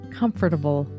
comfortable